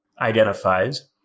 identifies